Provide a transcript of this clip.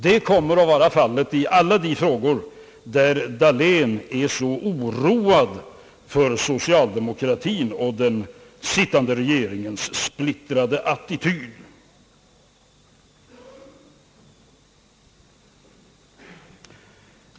Det kommer att vara fallet i alla de frågor där herr Dahlén är så oroad för socialdemokratin och den sittande regeringens splittrade attityd.